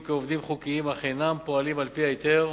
כעובדים חוקיים אך אינם פועלים על-פי ההיתר,